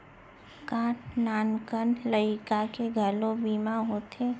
का नान कन लइका के घलो बीमा होथे?